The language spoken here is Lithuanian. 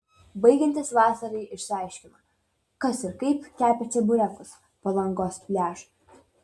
baigiantis vasarai išsiaiškino kas ir kaip kepė čeburekus palangos pliažui